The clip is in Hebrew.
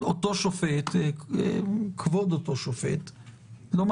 פשוט יש